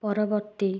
ପରବର୍ତ୍ତୀ